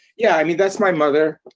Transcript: yeah, i mean, that's my mother,